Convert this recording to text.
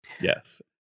Yes